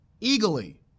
eagerly